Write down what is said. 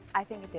i think.